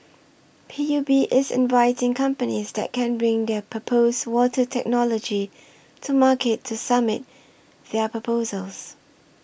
P U B is inviting companies that can bring their proposed water technology to market to submit their proposals